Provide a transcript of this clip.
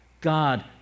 God